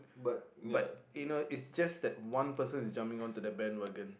but you know it's just that one person is jumping on to the bandwangon